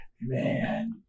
Man